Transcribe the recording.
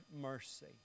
mercy